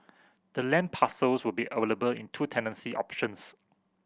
the land parcels will be available in two tenancy options